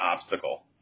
obstacle